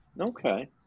Okay